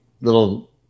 little